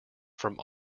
from